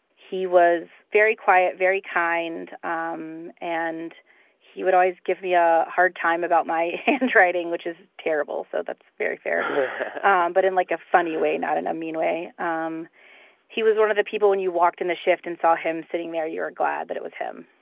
he was very quiet, very kind. um and he would always give me a hard time about my handwriting which is terrible, so that's very fair um but in, like, a funny way not in a mean way. um he was one of the people when you walked in the shift and saw him sitting there, you're glad that it was him